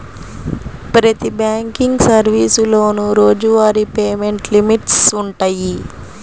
ప్రతి బ్యాంకింగ్ సర్వీసులోనూ రోజువారీ పేమెంట్ లిమిట్స్ వుంటయ్యి